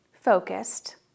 focused